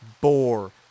bore